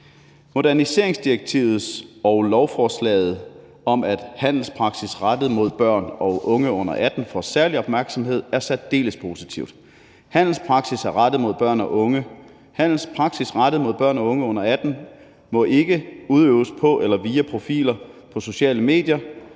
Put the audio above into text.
Moderniseringsdirektivet og lovforslaget om, at handelspraksis rettet mod børn og unge under 18 år får særlig opmærksomhed, er vi særdeles positivt indstillet over for. Handelspraksis rettet mod børn og unge under 18 år må ikke udøves på eller via profiler på sociale medier,